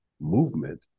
movement